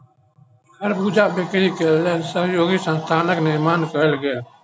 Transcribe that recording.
खरबूजा बिक्री के लेल सहयोगी संस्थानक निर्माण कयल गेल